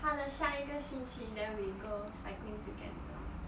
他的下一个星期 then we go cycling together